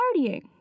partying